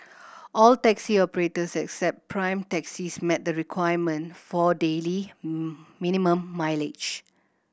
all taxi operators except Prime Taxis met the requirement for daily minimum mileage